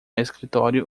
escritório